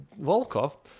Volkov